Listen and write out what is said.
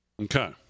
Okay